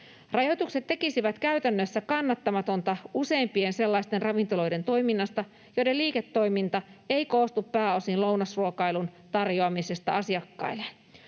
Rajoitukset tekisivät käytännössä kannattamatonta useimpien sellaisten ravintoloiden toiminnasta, joiden liiketoiminta ei koostu pääosin lounasruokailun tarjoamisesta asiakkaille.